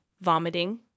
vomiting